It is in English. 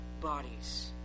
bodies